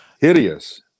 hideous